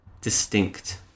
distinct